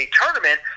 tournament